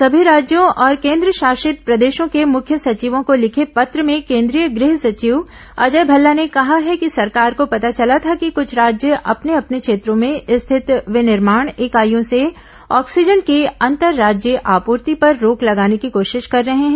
सभी राज्यों और केन्द्रशासित प्रदेशों के मुख्य सचिवों को लिखे पत्र में केंद्रीय गह सचिव अजय भल्ला ने कहा है कि सरकार को पता चला था कि कुछ राज्य अपने अपने क्षेत्रो में स्थित विनिर्मोण इकाइयों से ऑक्सीजन की अंतर राज्यीय आपूर्ति पर रोक लगाने की कोशिश कर रहे हैं